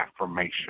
affirmation